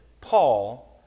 Paul